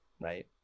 right